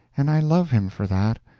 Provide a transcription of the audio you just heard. and i love him for that,